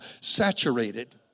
saturated